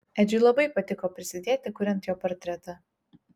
edžiui labai patiko prisidėti kuriant jo portretą